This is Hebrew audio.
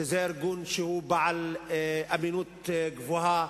שזה ארגון שהוא בעל אמינות גבוהה.